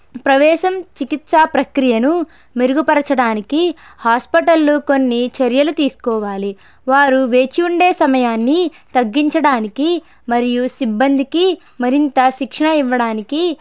ప్రవేశం చికిత్సా ప్రక్రియను మెరుగుపరచడానికి హాస్పిటళ్లు కొన్ని చర్యలు తీసుకోవాలి వారు వేచి ఉండే సమయాన్ని తగ్గించడానికి మరియు సిబ్బందికి మరింత శిక్షణ ఇవ్వడానికి